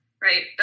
right